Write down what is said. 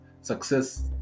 success